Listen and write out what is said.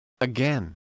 again